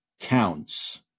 counts